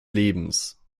lebens